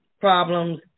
problems